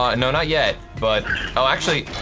ah and no. not yet, but oh actually,